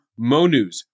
MONews